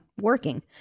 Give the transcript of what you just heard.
working